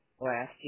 last